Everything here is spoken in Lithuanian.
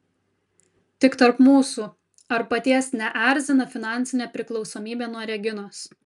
tik tarp mūsų ar paties neerzina finansinė priklausomybė nuo reginos